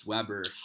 Weber